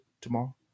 tomorrow